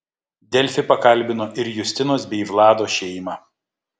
delfi pakalbino ir justinos bei vlado šeimą